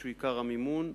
שהוא עיקר המימון,